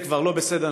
זה כבר לא בסדר.